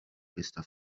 questa